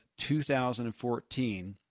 2014